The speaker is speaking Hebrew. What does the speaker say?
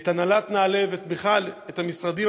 את הנהלת נעל"ה ובכלל את המשרדים,